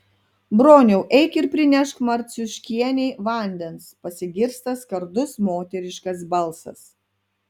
broniau eik ir prinešk marciuškienei vandens pasigirsta skardus moteriškas balsas